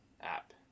app